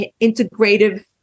integrative